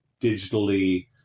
digitally